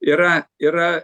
yra yra